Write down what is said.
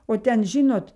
o ten žinot